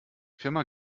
firma